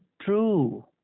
true